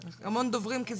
בעצם,